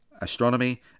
astronomy